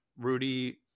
Rudy